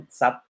sub